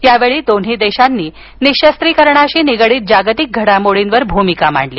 यावेळी दोन्ही देशांनी निशस्त्रीकरणाशी निगडीत जागतिक घडामोडींवर भूमिका मांडली